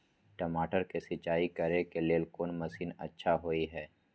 टमाटर के सिंचाई करे के लेल कोन मसीन अच्छा होय है